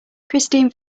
christine